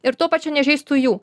ir tuo pačiu nežeistų jų